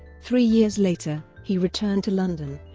three years later, he returned to london